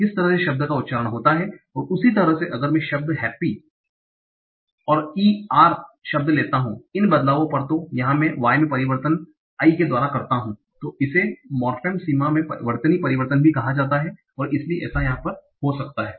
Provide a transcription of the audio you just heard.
किस तरह से शब्द का उच्चारण होता हैं उसी तरह से अगर मैं शब्द हैप्पी happy खुश और e r शब्द लेता हूं इन बदलावों पर तो जहां में y में परिवर्तन i के द्वारा करता हु तो इसे मोर्फेम सीमा में वर्तनी परिवर्तन भी कहा जाता है इसलिए ऐसा हो सकता है